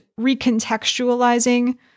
recontextualizing